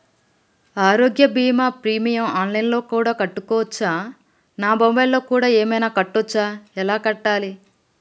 ఆరోగ్య బీమా premium online లో కూడా కట్టచ్చా? నా మొబైల్లో కూడా ఏమైనా కట్టొచ్చా? ఎలా కట్టాలి?